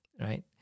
right